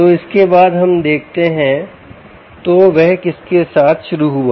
तो इसके बाद अब हम देखते हैं तो वह किसके साथ शुरू हुआ